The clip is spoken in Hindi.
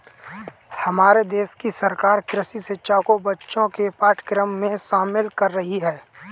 हमारे देश की सरकार कृषि शिक्षा को बच्चों के पाठ्यक्रम में शामिल कर रही है